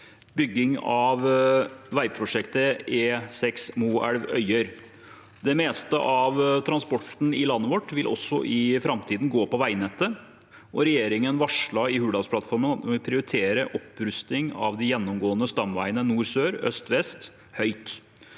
bygging av veiprosjektet E6 Moelv–Øyer. Det meste av transporten i landet vårt vil også i framtiden gå på veinettet, og regjeringen varslet i Hurdalsplattformen at den vil prioritere opprusting av de gjennomgående stamveiene nord–sør og øst–vest høyt.